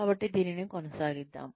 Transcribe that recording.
కాబట్టి దీనిని కొనసాగించండి